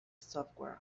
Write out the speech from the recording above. software